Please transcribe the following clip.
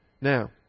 Now